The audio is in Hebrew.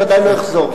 אני בוודאי לא אחזור.